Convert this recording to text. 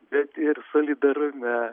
bet ir solidarume